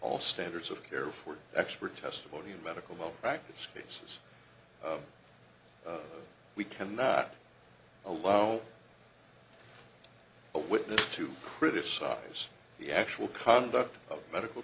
all standards of care for expert testimony in medical malpractise cases we cannot allow a witness to criticize the actual conduct of medical